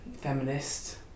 Feminist